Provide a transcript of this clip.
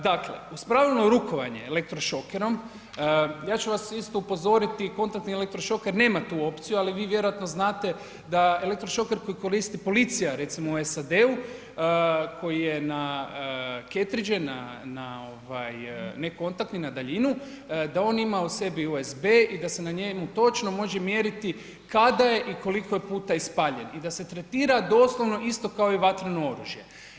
Dakle uz pravilno rukovanje elektrošokerom, ja ću vas isto uzoriti kontaktni elektrošoker nema tu opciju, ali vi vjerojatno znate da elektrošoker koji koristi policija recimo u SAD-u koji je na cartridge na ne kontaktni na daljinu, da on ima u sebi USB i da se na njemu točno može mjeriti kada je i koliko je puta ispaljen i da se tretira doslovno isto kao i vatreno oružje.